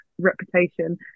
reputation